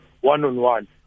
one-on-one